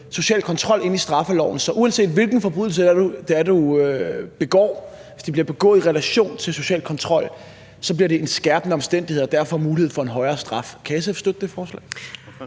social kontrol ind i straffeloven, sådan at uanset hvilken forbrydelse du begår, bliver det, hvis den bliver begået i relation til social kontrol, en skærpende omstændighed og giver derfor mulighed for at give en højere straf. Kan SF støtte det forslag?